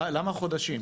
למה "חודשים"?